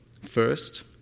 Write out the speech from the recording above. first